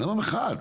למה "מחאת"?